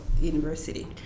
university